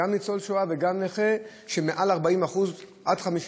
גם ניצול שואה וגם נכה 40% 50%;